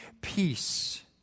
peace